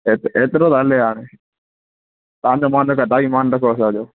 एत एतिरो त हले हाणे तव्हांजो मान त असांजो बि मान रखो असांजो